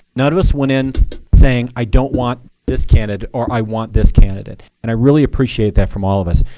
none of us went in saying, i don't want this candidate, or i want this candidate. and i really appreciate that from all of us.